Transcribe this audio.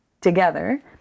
together